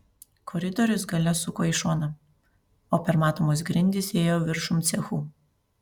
koridorius gale suko į šoną o permatomos grindys ėjo viršum cechų